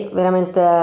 veramente